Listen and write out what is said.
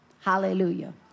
Hallelujah